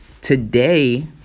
Today